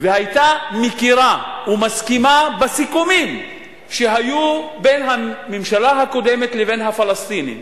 והיתה מכירה ומסכימה בסיכומים שהיו בין הממשלה הקודמת לבין הפלסטינים,